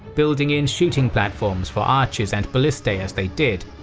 building in shooting platforms for archers and ballistae as they did,